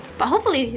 but hopefully,